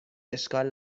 اشکال